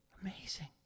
Amazing